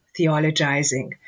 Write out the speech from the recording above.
theologizing